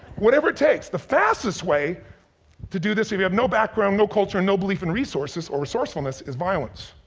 whatever it takes. the fastest way to do this if you have no background, no culture, and no belief in resources or resourcefulness is violence.